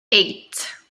eight